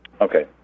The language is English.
Okay